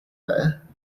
there